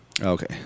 Okay